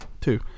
Two